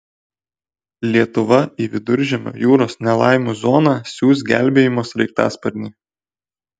lietuva į viduržemio jūros nelaimių zoną siųs gelbėjimo sraigtasparnį